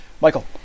Michael